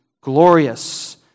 glorious